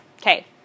Okay